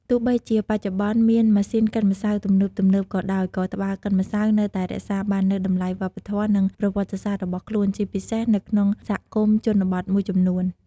ទោះបីជាបច្ចុប្បន្នមានម៉ាស៊ីនកិនម្សៅទំនើបៗក៏ដោយ ក៏ត្បាល់កិនម្សៅនៅតែរក្សាបាននូវតម្លៃវប្បធម៌ និងប្រវត្តិសាស្ត្ររបស់ខ្លួន ជាពិសេសនៅក្នុងសហគមន៍ជនបទមួយចំនួន។